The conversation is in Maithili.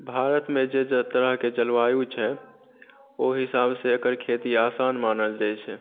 भारतमे जे जाहि तरहकेँ जलवायु छै ओहि हिसाबसँ एकर खेती आसान मानल जाइत छै